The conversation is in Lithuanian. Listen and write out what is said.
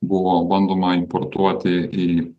buvo bandoma importuoti į